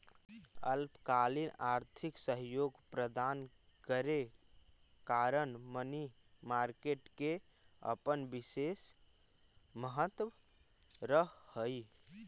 अल्पकालिक आर्थिक सहयोग प्रदान करे कारण मनी मार्केट के अपन विशेष महत्व रहऽ हइ